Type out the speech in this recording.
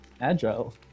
Agile